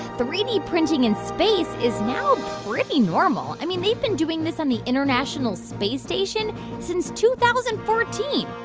three d printing in space is now pretty normal. i mean, they've been doing this on the international space station since two thousand and fourteen,